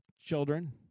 children